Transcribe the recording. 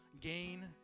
gain